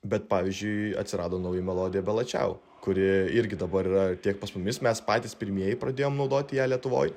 bet pavyzdžiui atsirado nauja melodija bela čiao kuri irgi dabar yra tiek pas mumis mes patys pirmieji pradėjom naudoti ją lietuvoj